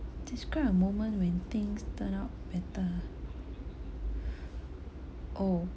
describe a moment when things turn out better oh